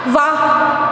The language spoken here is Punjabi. ਵਾਹ